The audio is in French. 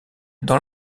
dans